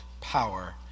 power